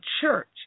church